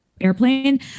airplane